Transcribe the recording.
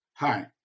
Hi